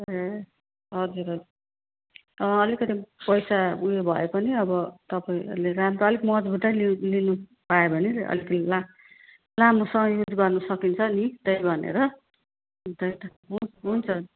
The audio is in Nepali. ए हजुर हजुर अँ अलिकति पैसा उयो भए पनि अब तपाईँहरूले राम्रो अलि मजबुतै लिनु लिनु पायो भने अलिकति ला लामोसम्म युज गर्नु सकिन्छ नि त्यही भनेर त्यही त हुन्छ